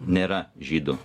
nėra žydų